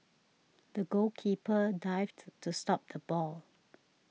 the goalkeeper dived to stop the ball